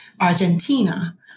Argentina